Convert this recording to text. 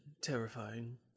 terrifying